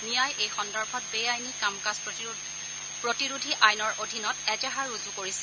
নিয়াই এই সন্দৰ্ভত বেআইনী কাম কাজ প্ৰতিৰোধী আইনৰ অধীনত এজাহাৰ ৰুজু কৰিছিল